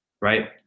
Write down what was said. right